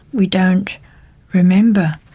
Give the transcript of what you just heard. we don't remember